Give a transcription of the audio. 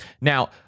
Now